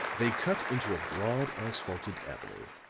they cut into a broad asphalted avenue,